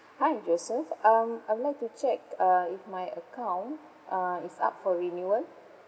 hi joseph um I would like to check uh if my account uh is up for renewal